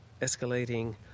escalating